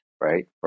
right